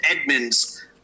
Edmonds